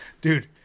Dude